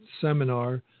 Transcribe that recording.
seminar